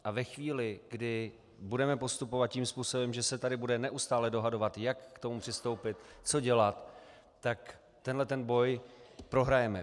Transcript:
A ve chvíli, kdy budeme postupovat tím způsobem, že se tady budeme stále dohadovat, jak k tomu přistoupit, co dělat, tak tenhle ten boj prohrajeme.